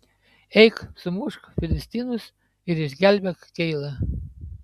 eik sumušk filistinus ir išgelbėk keilą